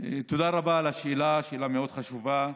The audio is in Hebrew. תודה רבה על השאלה, שאלה מאוד חשובה.